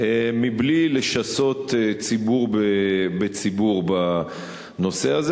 מבלי לשסות ציבור בציבור בנושא הזה.